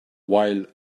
while